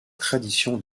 tradition